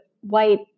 white